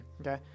okay